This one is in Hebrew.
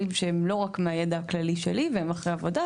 שהם לא רק מהידע הכללי שלי והם אחרי עבודה,